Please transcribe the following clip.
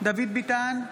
דוד ביטן,